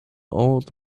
old